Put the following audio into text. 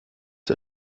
der